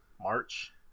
March